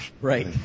right